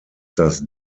das